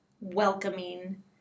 welcoming